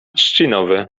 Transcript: trzcinowy